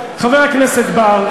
חבר הכנסת בר,